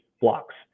blocks